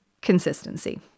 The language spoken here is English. consistency